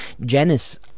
Janice